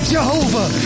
Jehovah